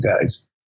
guys